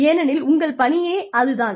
ஏனெனில் உங்கள் பணியே அது தான்